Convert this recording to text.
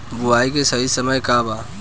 बुआई के सही समय का वा?